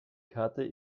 karte